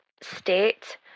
state